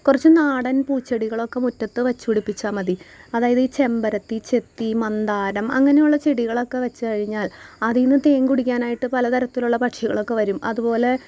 കുറച്ച് നാടൻ പൂച്ചെടികളൊക്കെ മുറ്റത്ത് വെച്ച് പിടിപ്പിച്ചാൽ മതി അതായത് ഈ ചെമ്പരത്തി ചെത്തി മന്താരം അങ്ങനെയുള്ള ചെടികളൊക്കെ വച്ച് കഴിഞ്ഞാൽ അതിൽ നിന്ന് തേൻ കുടിക്കാനായിട്ട് പല തരത്തിലുള്ള പക്ഷികളൊക്കെ വരും അതുപോലെ